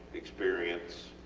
experience,